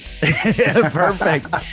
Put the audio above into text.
Perfect